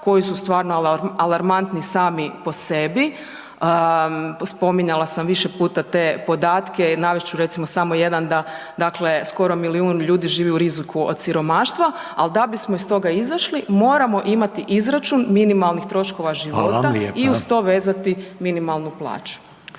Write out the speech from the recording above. koji su stvarno alarmantni sami po sebi, spominjala sam više puta te podatke i navest ću recimo samo jedan da dakle skoro milijun ljudi živi u riziku od siromaštva, al da bismo iz toga izašli moramo imati izračun minimalnih troškova života …/Upadica: Hvala vam